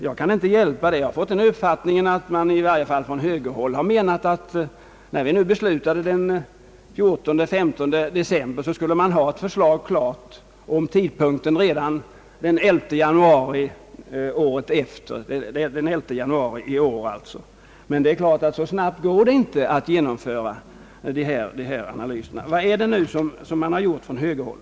Jag kan inte hjälpa att jag fått den uppfattningen, att man i varje fall från högerhåll har menat att vad vi beslutade den 14 och 15 december innebar att man skulle ha ett förslag om tidpunkten klart redan den 11 januari i år. Så snabbt går det verkligen inte att genomföra de här analyserna. Vad är det nu man har gjort från högerns sida?